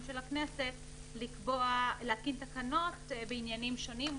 של הכנסת להתקין תקנות בעניינים שונים,